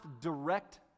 direct